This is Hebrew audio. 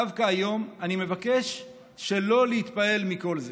דווקא היום אני מבקש שלא להתפעל מכל זה